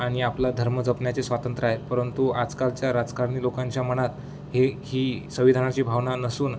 आणि आपलं धर्म जपण्या्चे स्वातंत्र्य आहे परंतु आजकालच्या राजकारणी लोकांच्या मनात हे ही संविधानाची भावना नसून